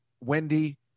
Wendy